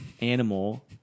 animal